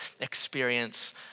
experience